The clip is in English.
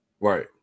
right